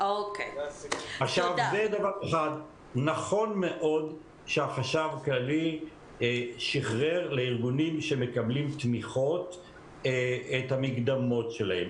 נכון מאוד שהחשב הכללי שחרר לארגונים שמקבלים תמיכות את המקדמות שלהם.